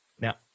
Now